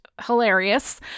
Hilarious